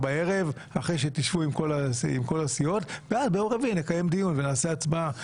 ואז ביום רביעי נקיים דיון ונעשה הצבעה.